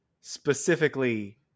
specifically